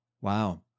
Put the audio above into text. Wow